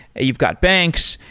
you've got banks.